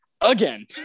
again